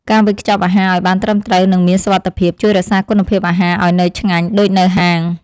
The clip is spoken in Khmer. ការវេចខ្ចប់អាហារឱ្យបានត្រឹមត្រូវនិងមានសុវត្ថិភាព ជួយរក្សាគុណភាពអាហារឱ្យនៅឆ្ងាញ់ដូចនៅហាង។